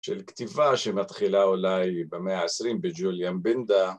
של כתיבה שמתחילה אולי במאה העשרים בג'וליאן בנדה